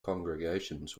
congregations